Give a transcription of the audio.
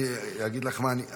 אני אגיד לך מה אני,